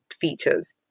features